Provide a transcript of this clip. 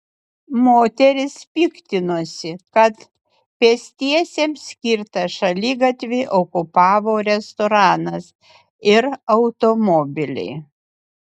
moteris piktinosi kad pėstiesiems skirtą šaligatvį okupavo restoranas ir automobiliai